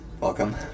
Welcome